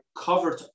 covered